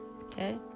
Okay